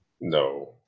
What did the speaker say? no